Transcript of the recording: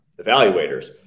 evaluators